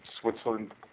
Switzerland